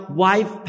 wife